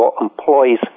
employees